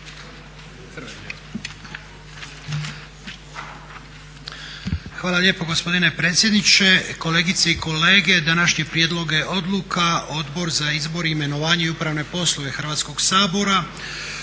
Hvala lijepa gospodine predsjedniče. Kolegice i kolege. Današnje prijedloge odluka Odbora za izbor, imenovanja i upravne poslove Hrvatskog sabora